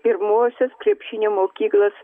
pirmosios krepšinio mokyklos